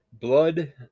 Blood